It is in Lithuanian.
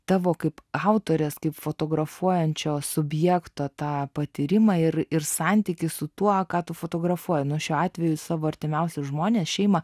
tavo kaip autorės kaip fotografuojančio subjekto tą patyrimą ir ir santykį su tuo ką tu fotografuoju nu šiuo atveju savo artimiausius žmones šeimą